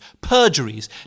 perjuries